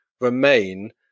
remain